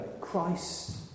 Christ